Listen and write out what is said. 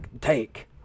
take